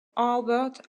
albert